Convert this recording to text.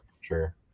sure